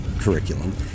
curriculum